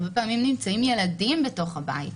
הרבה פעמים נמצאים ילדים בתוך הבית.